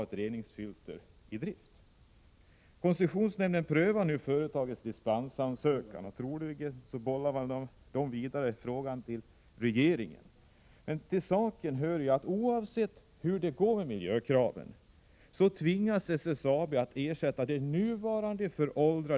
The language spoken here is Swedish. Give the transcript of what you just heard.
Under 1984 släppte SSAB Domnarvets elektrostålverk ut bl.a. 100 kg kadmium, 4 ton bly och 23 ton zink med rökgaserna.